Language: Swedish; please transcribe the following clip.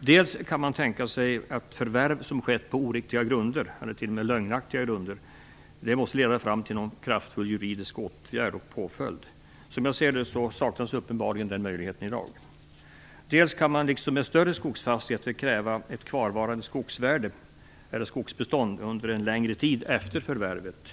Man kan bl.a. tänka sig att förvärv som skett på oriktiga grunder, eller t.o.m. lögnaktiga grunder, måste leda fram till en kraftfull juridisk åtgärd och påföljd. Som jag ser det saknas uppenbarligen den möjligheten i dag. Vidare kan man, liksom man gör med större skogsfastigheter, kräva ett kvarvarande skogsvärde eller skogsbestånd under en längre tid efter förvärvet.